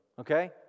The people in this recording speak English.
Okay